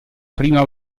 prima